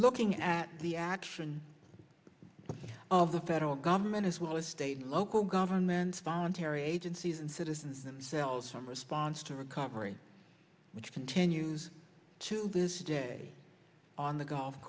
looking at the action of the federal government as well as state and local governments voluntary agencies and citizens themselves from response to recovery which continues to this day on the golf